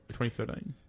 2013